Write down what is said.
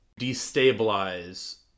destabilize